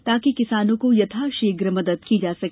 ताकि किसानों को यथाशीघ्र मदद की जा सके